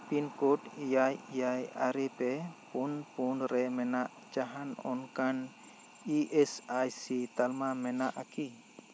pin code ᱮᱭᱟᱭ ᱮᱭᱟᱭ ᱟᱨᱮ ᱯᱮ ᱯᱩᱱ ᱯᱩᱱ ᱨᱮ ᱢᱮᱱᱟᱜ ᱡᱟᱦᱟᱸᱱ ᱚᱱᱠᱟᱱ ᱤ ᱮᱥ ᱟᱭ ᱥᱤ ᱛᱟᱞᱢᱟ ᱢᱮᱱᱟᱜᱼᱟ ᱠᱤ